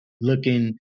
looking